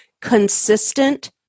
consistent